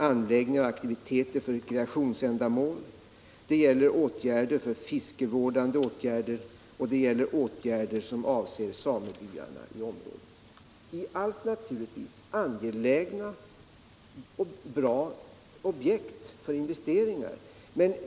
anläggningar och aktiviteter för rekreationsändamål, fiskevårdande åtgärder och åtgärder som avser samebyarna i området — allt naturligtvis angelägna och bra objekt för investeringar.